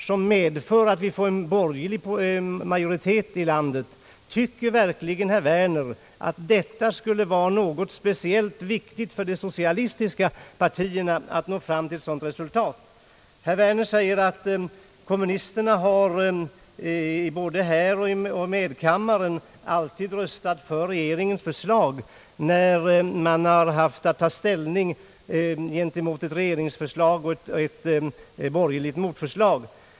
Detta kan medföra att vi får en borgerlig majoritet i landet. Tycker verkligen herr Werner att det skulle vara något speciellt angeläget för de socialistiska partierna att söka nå fram till ett sådant resultat. Herr Werner säger att kommunisterna både här och i medkammaren alltid röstat för regeringens förslag när man haft att välja mellan ett regeringsförslag och ett borgerligt motförslag.